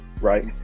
right